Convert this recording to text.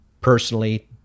personally